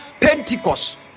Pentecost